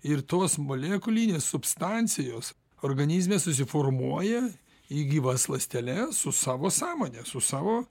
ir tos molekulinės substancijos organizme susiformuoja į gyvas ląsteles su savo sąmone su savo